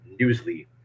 newsly